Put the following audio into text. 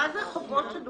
מה זה חובות שדוֹמים,